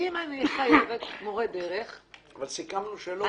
אם אני חייבת מורה דרך -- כבר סיכמנו שלא.